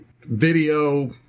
video